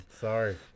Sorry